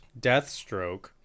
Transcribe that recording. Deathstroke